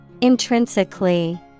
Intrinsically